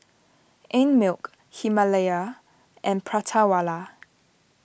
Einmilk Himalaya and Prata Wala